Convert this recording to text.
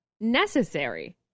necessary